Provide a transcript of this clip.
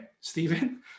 Stephen